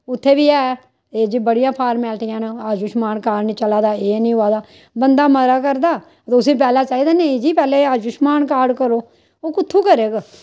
उत्थै बी ऐ एह् जेहियां बड़ियां फारमैलिटियां न आयुषमान कार्ड निं चला दा है निं होआ दा बंदा मरा करदा तुसें उस्सी निं बचाना पैह्लें निं जी पैह्लें आयुषमान कार्ड करो ओह् कुत्थूं करग